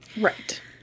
Right